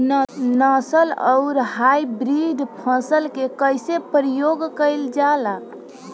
नस्ल आउर हाइब्रिड फसल के कइसे प्रयोग कइल जाला?